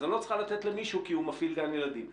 אז אני לא צריכה לתת למישהו כי הוא מפעיל גן ילדים בבית".